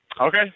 Okay